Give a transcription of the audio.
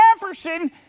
Jefferson